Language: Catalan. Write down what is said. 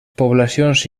poblacions